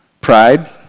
Pride